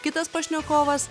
kitas pašnekovas